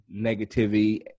negativity